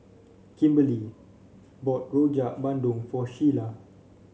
Kimberlie bought Rojak Bandung for Sheila